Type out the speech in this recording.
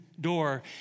door